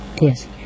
Yes